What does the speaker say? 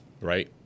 right